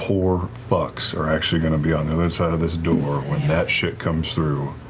poor fucks are actually going to be on the other side of this door when that shit comes through,